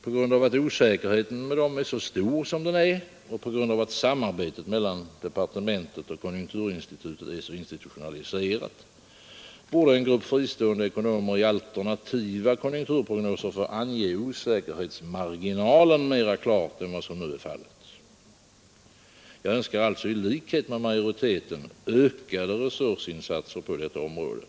På grund av att osäkerheten med dem är så stor som den är och samarbetet mellan departementet och konjunkturinstitutet så institutionaliserat, borde en grupp fristående ekonomer i alternativa konjunkturprognoser få ange osäkerhetsmarginalen mera klart än vad som nu är fallet. Jag önskar alltså i likhet med utskottsmajoriteten ökade resursinsatser på detta område.